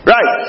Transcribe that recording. Right